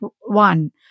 one